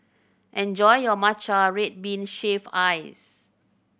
enjoy your matcha red bean shaved ice